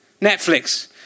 Netflix